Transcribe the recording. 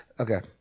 Okay